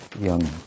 young